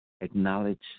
acknowledge